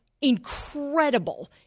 incredible